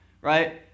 right